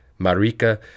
Marika